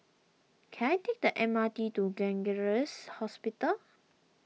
can I take the M R T to Gleneagles Hospital